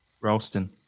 Ralston